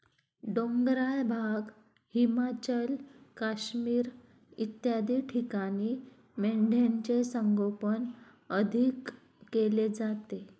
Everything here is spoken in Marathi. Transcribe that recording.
डोंगराळ भाग, हिमाचल, काश्मीर इत्यादी ठिकाणी मेंढ्यांचे संगोपन अधिक केले जाते